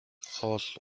хоол